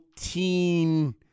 teen